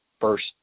first